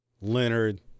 Leonard